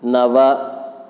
नव